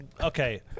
okay